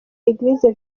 eglise